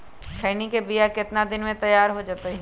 खैनी के बिया कितना दिन मे तैयार हो जताइए?